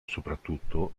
soprattutto